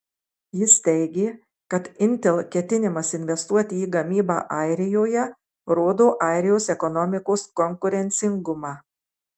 jis teigė kad intel ketinimas investuoti į gamybą airijoje rodo airijos ekonomikos konkurencingumą